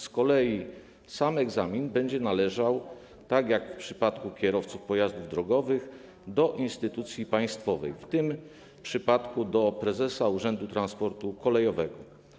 Z kolei sam egzamin będzie należał, tak jak w przypadku kierowców pojazdów drogowych, do instytucji państwowej - w tym przypadku do prezesa Urzędu Transportu Kolejowego.